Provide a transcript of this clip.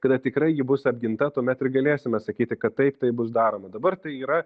kada tikrai ji bus apginta tuomet ir galėsime sakyti kad tai tai bus daroma dabar tai yra